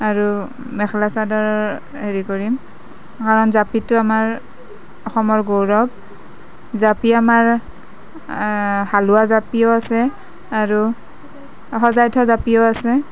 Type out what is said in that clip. আৰু মেখেলা চাদৰ হেৰি কৰিম কাৰণ জাপিটো আমাৰ অসমৰ গৌৰৱ জাপি আমাৰ হালোৱা জাপিও আছে আৰু সজাই থোৱা জাপিও আছে